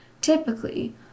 Typically